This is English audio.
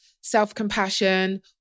self-compassion